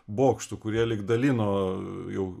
bokštų kurie lyg dalino jau